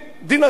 דין אחר,